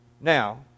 Now